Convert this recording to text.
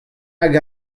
hag